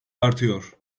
artıyor